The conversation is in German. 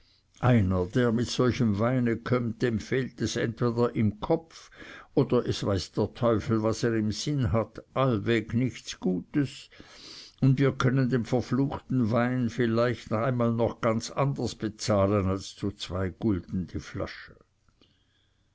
einer der mit solchem weine kömmt dem fehlt es entweder im kopf oder es weiß der teufel was er im sinn hat allweg nichts gutes und wir können den verfluchten wein vielleicht einmal noch ganz anders bezahlen als zu zwei gulden die flasche